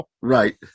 Right